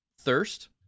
thirst